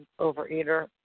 overeater